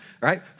right